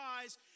eyes